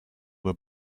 were